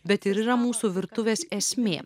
bet ir yra mūsų virtuvės esmė